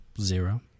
Zero